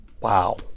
Wow